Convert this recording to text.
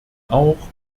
auch